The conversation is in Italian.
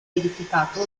edificato